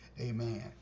Amen